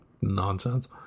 nonsense